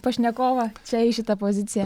pašnekovą čia į šitą poziciją